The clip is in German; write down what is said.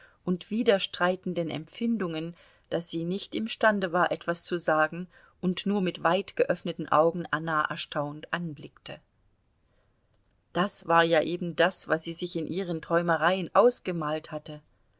und widerstreitenden empfindungen daß sie nicht imstande war etwas zu sagen und nur mit weit geöffneten augen anna erstaunt anblickte das war ja eben das was sie sich in ihren träumereien ausgemalt hatte